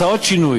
הוא עשה עוד שינוי.